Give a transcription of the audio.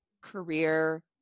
career